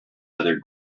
other